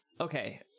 okay